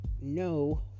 No